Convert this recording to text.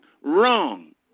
Wrong